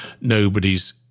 Nobody's